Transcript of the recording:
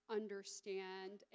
understand